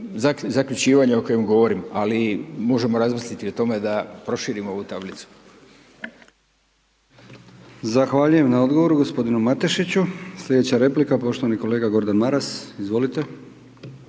zaključivanja o kojem govorim, ali možemo razmisliti o tome da proširimo ovu tablicu. **Brkić, Milijan (HDZ)** Zahvaljujem na odgovoru g. Matešiću. Slijedeća replika g. Gordan Maras, izvolite.